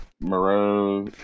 Moreau